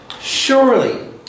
Surely